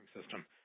system